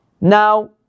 Now